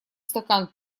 стакан